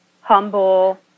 humble